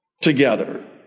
together